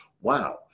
wow